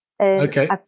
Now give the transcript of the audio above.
Okay